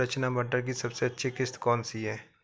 रचना मटर की सबसे अच्छी किश्त कौन सी है?